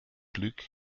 glück